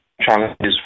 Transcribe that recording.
challenges